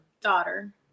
daughter